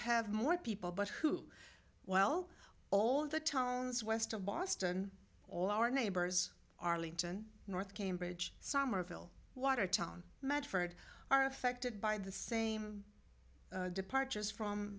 have more people but who well all the towns west of boston all our neighbors arlington north cambridge summerville watertown mad for it are affected by the same departures from